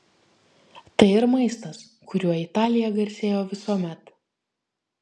tai ir maistas kuriuo italija garsėjo visuomet